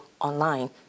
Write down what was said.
online